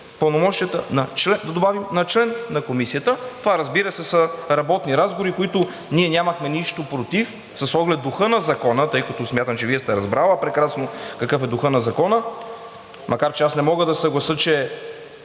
пълномощията, да добавим член на Комисията. Това, разбира се, са работни разговори и ние нямахме нищо против с оглед духа на закона, тъй като смятам, че Вие сте разбрали прекрасно какъв е духът на закона, макар че аз не мога да се съглася, че